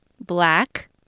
black